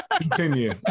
continue